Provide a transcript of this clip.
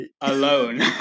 alone